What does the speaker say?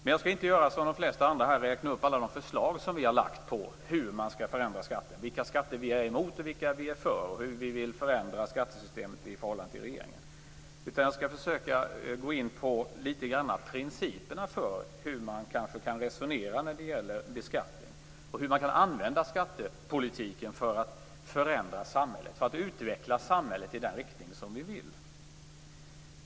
Men jag skall inte göra som de allra flesta här har gjort, dvs. räkna upp alla sina förslag till hur man skall förändra skatten, vilka skatter man är för och vilka man är emot och hur man vill förändra skattesystemet i förhållande till regeringens förslag. Jag skall i stället litet grand gå in på principerna för hur man kan resonera i fråga om beskattning och hur man kan använda skattepolitiken för att utveckla samhället i den riktning som man vill.